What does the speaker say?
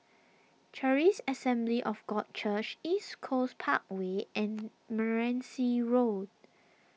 Charis Assembly of God Church East Coast Parkway and Meranti Road